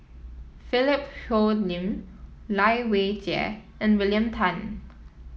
Philip Hoalim Lai Weijie and William Tan